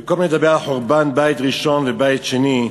במקום לדבר על חורבן בית ראשון ובית שני,